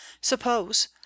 suppose